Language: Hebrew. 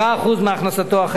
10% מהכנסתו החייבת.